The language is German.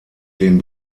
den